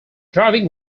driving